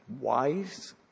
wise